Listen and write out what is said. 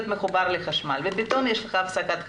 מחובר לחשמל ופתאום יש לך הפסקת חשמל.